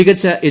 മികച്ച എച്ച്